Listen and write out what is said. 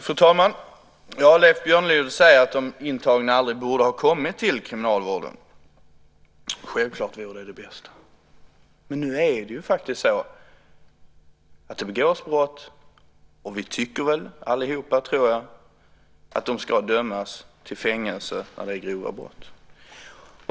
Fru talman! Leif Björnlod säger att de intagna aldrig borde ha kommit till kriminalvården. Självklart är det det bästa. Men nu är det faktiskt så att det begås brott, och vi tycker väl allihop att förövarna ska dömas till fängelse vid grova brott.